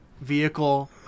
vehicle